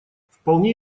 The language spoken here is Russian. вполне